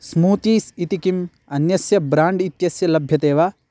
smoothies इति किम् अन्यस्य ब्राण्ड् इत्यस्य लभ्यते वा